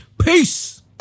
Peace